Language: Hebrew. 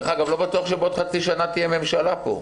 לא בטוח שבעוד חצי שנה תהיה פה ממשלה.